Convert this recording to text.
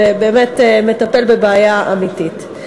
שבאמת מטפל בבעיה אמיתית.